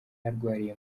arwariye